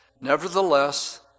Nevertheless